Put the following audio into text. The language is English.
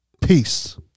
Peace